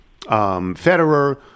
Federer